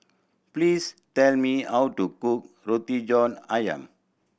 please tell me how to cook Roti John Ayam